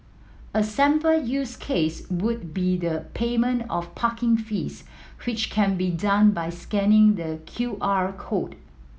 a sample use case would be the payment of parking fees which can be done by scanning the Q R code